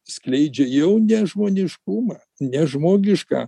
skleidžia jau nežmoniškumą nežmogišką